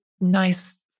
nice